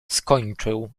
skończył